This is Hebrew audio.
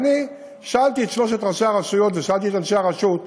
ואני שאלתי את שלושת ראשי הרשויות ושאלתי את אנשי הרשות: